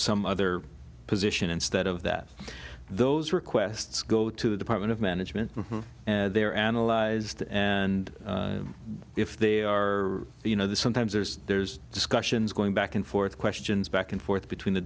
some other position instead of that those requests go to the department of management they're analyzed and if they are you know that sometimes there's there's discussions going back and forth questions back and forth between the